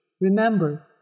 Remember